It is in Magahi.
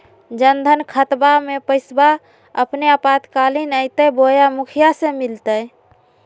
जन धन खाताबा में पैसबा अपने आपातकालीन आयते बोया मुखिया से मिलते?